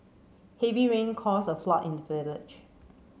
heavy rain caused a flood in the village